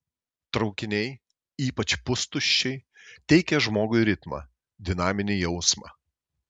traukiniai ypač pustuščiai teikia žmogui ritmą dinaminį jausmą